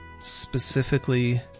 Specifically